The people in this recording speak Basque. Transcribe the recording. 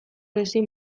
ezin